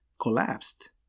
collapsed